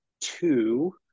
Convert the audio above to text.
two